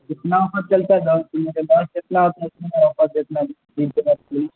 کتنا آفر چلتا ہے